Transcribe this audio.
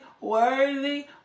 worthy